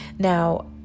Now